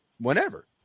whenever